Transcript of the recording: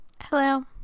Hello